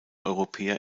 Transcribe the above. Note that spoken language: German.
europäer